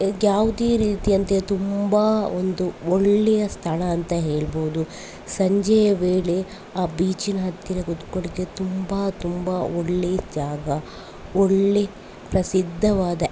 ಯಾವುದೇ ರೀತಿಯಂತೆ ತುಂಬ ಒಂದು ಒಳ್ಳೆಯ ಸ್ಥಳ ಅಂತ ಹೇಳ್ಬೋದು ಸಂಜೆಯ ವೇಳೆ ಆ ಬೀಚಿನ ಹತ್ತಿರ ಕುತ್ಕೊಳ್ಲಿಕ್ಕೆ ತುಂಬ ತುಂಬ ಒಳ್ಳೆಯ ಜಾಗ ಒಳ್ಳೆಯ ಪ್ರಸಿದ್ಧವಾದ